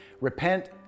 Repent